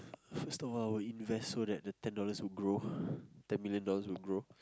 first of all I would invest so that the ten dollars would grow ten million dollars would grow